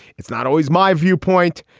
it's not always my viewpoint,